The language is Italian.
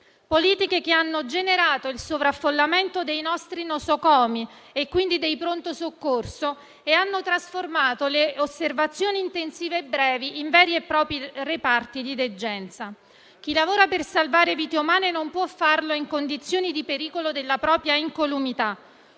Politiche che hanno generato il sovraffollamento dei nostri nosocomi. e quindi dei Pronto soccorso, e hanno trasformato le osservazioni intensive brevi in veri e propri reparti di degenza. Chi lavora per salvare vite umane non può farlo in condizioni di pericolo della propria incolumità;